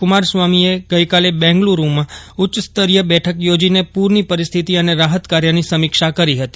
કુમારસ્વાથીએ આજે બેંગાલુરૂમાં ઉચ્ચ સ્તરીય બેઠક યોજીને પૂરની પરિસ્થિતિ અને રાહત કાર્યની સમીક્ષા કરી હતી